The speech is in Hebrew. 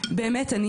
באמת,